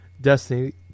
Destiny